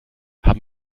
haben